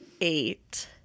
eight